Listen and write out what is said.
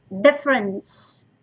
difference